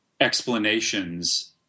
explanations